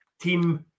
team